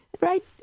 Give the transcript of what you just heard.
Right